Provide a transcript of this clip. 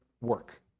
work